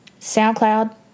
SoundCloud